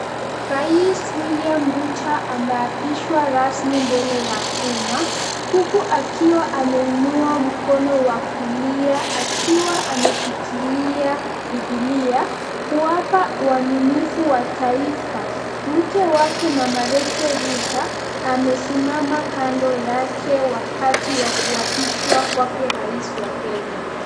Rais William Ruto anaapishwa rasmi mbele ya uma, huku akiwa ameinua mkono wa kulia akiwa ameshikilia bibilia, kuwapa uaminifu wa taifa. Mke wake mama Rachel Ruto amesimama kando yake wakati wa kuapishwa kwake rais wa Kenya.